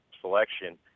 selection